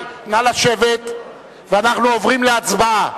אנחנו עוברים להצבעה.